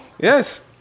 yes